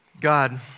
God